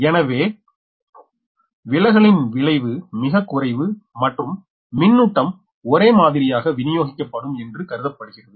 எனவே விலகலின் விளைவு மிகக் குறைவு மற்றும் மின்னூட்டம் ஒரே மாதிரியாக விநியோகிக்கப்படும் என்று கருதப்படுகிறது